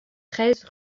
treize